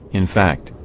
in fact,